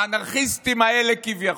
האנרכיסטים האלה, כביכול,